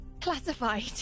Classified